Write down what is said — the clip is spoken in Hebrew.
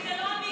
כי זה לא אמיתי,